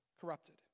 Corrupted